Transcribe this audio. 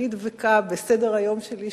אני דבקה בסדר-היום שלי,